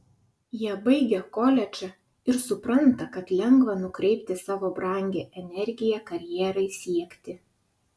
jie baigia koledžą ir supranta kad lengva nukreipti savo brangią energiją karjerai siekti